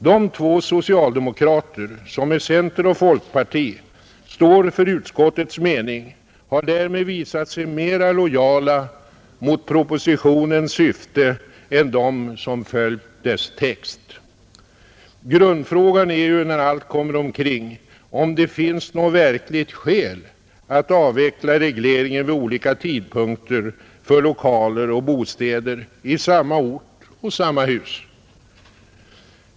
De två socialdemokrater som tillsammans med center och folkparti står för utskottets mening har visat sig mera lojala mot propositionens syfte än de som följt dess text. Grundfrågan är ju när allt kommer omkring, om det finns något verkligt skäl att avveckla regleringen vid olika tidpunkter för lokaler och bostäder i samma ort och samma hus.